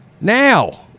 now